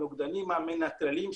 הנוגדנים המנטרלים,